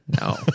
No